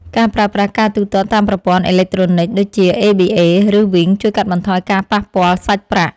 ការប្រើប្រាស់ការទូទាត់តាមប្រព័ន្ធអេឡិចត្រូនិកដូចជាអេប៊ីអេ ឬវីងជួយកាត់បន្ថយការប៉ះពាល់សាច់ប្រាក់។